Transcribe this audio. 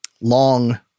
long